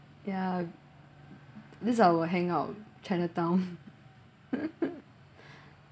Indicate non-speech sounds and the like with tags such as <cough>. ya this is our hangout chinatown <laughs>